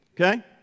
Okay